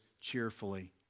cheerfully